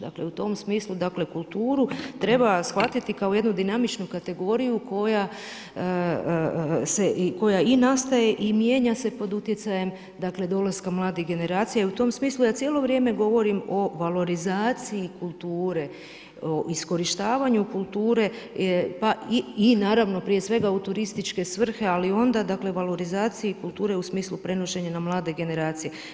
Dakle, u tom smislu, dakle, kulturu treba shvatiti kao jednu dinamičnu kategoriju koja i nastaje i mijenja se pod utjecajem dakle, dolaska mladih generacija i u tom smislu ja cijelo vrijeme govorim o valorizaciji kulture, iskorištavanju kulture pa i naravno, prije svega, u turističke svrhe, ali onda dakle, valorizaciji kulture u smislu prenošenja na mlade generacije.